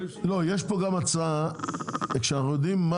לא, יש פה גם הצעה, כשאנחנו יודעים,